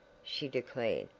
she declared,